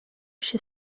się